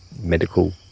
medical